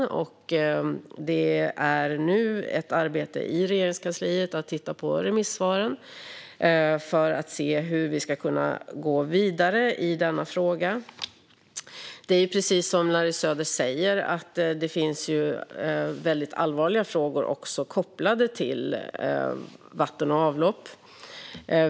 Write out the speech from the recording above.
I Regeringskansliet pågår nu ett arbete med att titta på dem, för att se hur vi ska kunna gå vidare i denna fråga. Det är precis som Larry Söder säger. Det finns väldigt allvarliga frågor kopplade till vatten och avlopp.